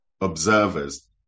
observers